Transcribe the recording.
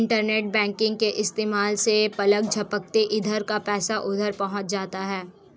internet banking के इस्तेमाल से पलक झपकते इधर का पैसा उधर पहुँच जाता है